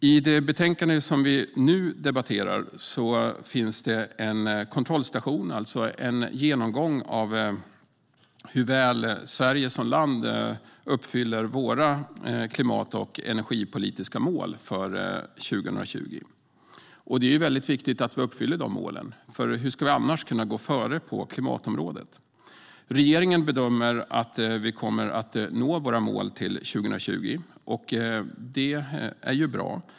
I det betänkande som vi nu debatterar finns det en kontrollstation, det vill säga en genomgång av hur väl Sverige som land uppfyller våra klimat och energipolitiska mål för 2020. Det är väldigt viktigt att vi uppfyller de målen. Hur ska vi annars kunna gå före på klimatområdet? Regeringen bedömer att vi kommer att nå våra mål till 2020, och det är ju bra.